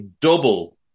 double